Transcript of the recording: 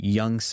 young